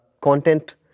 content